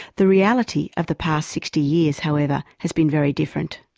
the reality of the past sixty years however, has been very different.